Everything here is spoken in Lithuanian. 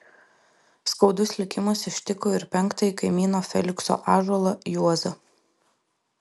skaudus likimas ištiko ir penktąjį kaimyno felikso ąžuolą juozą